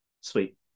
Sweet